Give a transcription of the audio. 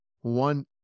one